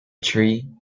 tree